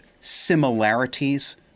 similarities